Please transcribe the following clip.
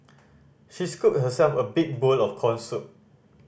she scooped herself a big bowl of corn soup